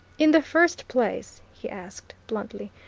in the first place, he asked bluntly,